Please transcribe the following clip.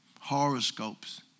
horoscopes